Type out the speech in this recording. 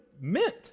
meant